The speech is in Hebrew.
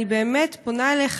אני באמת פונה אליך,